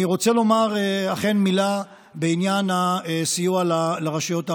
אני רוצה לומר מילה בעניין הסיוע לרשויות הערביות.